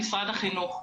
החינוך,